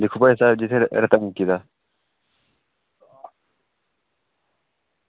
दिक्खो भाई साढ़े इत्थें रेता मुक्की गेदा